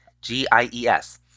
G-I-E-S